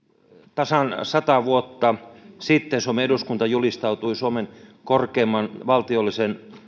tasan sata vuotta sitten suomen eduskunta julistautui suomen korkeimman valtiollisen